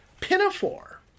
Pinafore